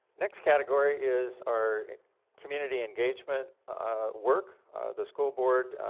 next category is our community engagement work the school board,